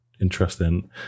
Interesting